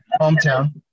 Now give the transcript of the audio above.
hometown